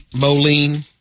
Moline